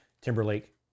Timberlake